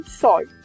salt